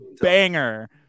Banger